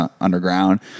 underground